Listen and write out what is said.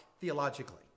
theologically